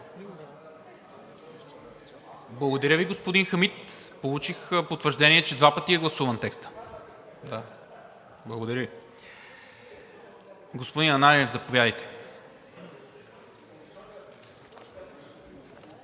Благодаря, господин Хамид. Получих потвърждение, че два пъти е гласуван текстът. Господин Ананиев, заповядайте.